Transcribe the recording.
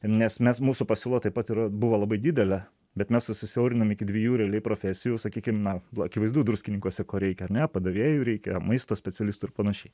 nes mes mūsų pasiūla taip pat ir buvo labai didelė bet mes susisiaurinom iki dviejų realiai profesijų sakykim na akivaizdu druskininkuose ko reikia ar ne padavėjų reikia maisto specialistų ir panašiai